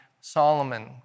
Solomon